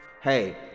hey